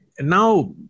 now